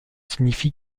signifie